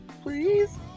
Please